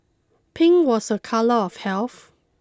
pink was a colour of health